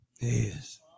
Yes